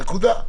נקודה.